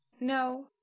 no